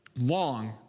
long